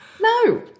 No